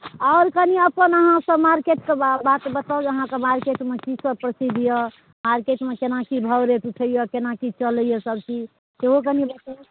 आओर कनि अपन अहाँ सभ मार्केटसभके बात बताउ जे अहाँके मार्केटमे की सभ प्रसिद्ध यए मार्केटमे केना की भाव रेट उठैए केना की चलैए सभकिछु सेहो कनि बताउ